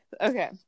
okay